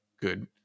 good